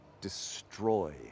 destroy